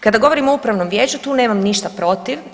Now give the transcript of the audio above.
Kada govorimo o Upravnom vijeću, tu nemam ništa protiv.